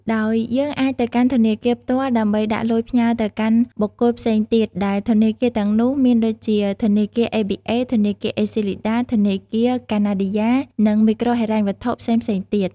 ដោយយើងអាចទៅកាន់ធនាគារផ្ទាល់ដើម្បីដាក់លុយផ្ញើរទៅកាន់បុគ្គលផ្សេងទៀត ដែលធនាគារទាំងនោះមានដូចជា ធនាគារអេប៊ីអេ ធនាគារអេសុីលីដា ធនាគារកាណាឌីយ៉ានិងមីក្រូហិរញ្ញវត្ថុផ្សេងៗទៀត។